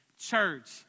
Church